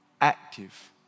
active